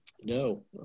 no